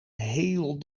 heel